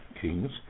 kings